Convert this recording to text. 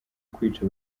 kwica